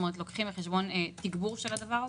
לוקחים בחשבון תגבור של הדבר הזה?